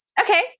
Okay